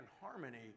harmony